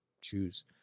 choose